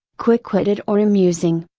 quick witted or amusing,